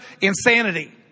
insanity